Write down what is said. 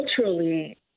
culturally